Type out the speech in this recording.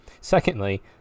Secondly